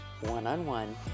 one-on-one